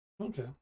Okay